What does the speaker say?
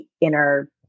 inner